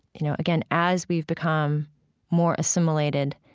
you know, again, as we've become more assimilated,